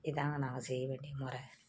இதுதாங்க நாங்கள் செய்ய வேண்டிய முற